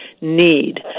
need